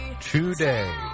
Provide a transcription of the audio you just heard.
today